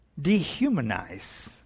dehumanize